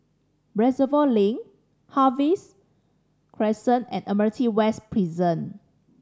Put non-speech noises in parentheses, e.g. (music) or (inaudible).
Reservoir Link Harvey (hesitation) Crescent and Admiralty West Prison